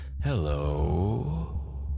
Hello